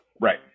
Right